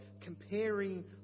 comparing